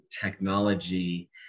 technology